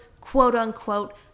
quote-unquote